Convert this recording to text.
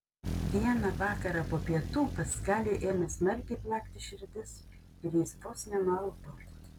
vieną vakarą po pietų paskaliui ėmė smarkiai plakti širdis ir jis vos nenualpo